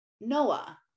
Noah